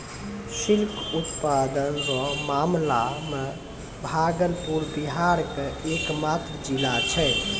silk उत्पादन रो मामला मे भागलपुर बिहार के एकमात्र जिला छै